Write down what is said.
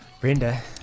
Brenda